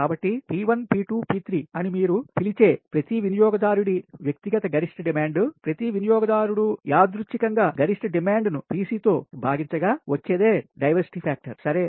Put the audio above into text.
కాబట్టి P1 P2 P3 అవి మీరు పిలిచే ప్రతి వినియోగదారుడి వ్యక్తిగత గరిష్ట డిమాండ్ ప్రతి వినియోగదారులు యాదృచ్చికంగా గరిష్ట డిమాండ్ను Pc తో భాగించగా వచ్చేదే డైవర్సిటీ ఫ్యాక్టర్ సరే